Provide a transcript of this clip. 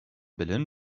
berlin